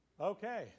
Okay